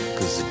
Cause